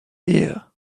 ear